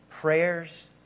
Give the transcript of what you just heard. prayers